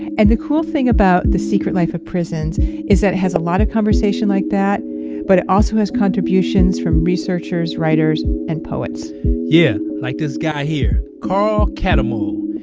and the cool thing about the secret life of prisons is that it has a lot of conversation like that but it also has contributions from researchers, writers, and poets yeah. like this guy here, carl cattermole.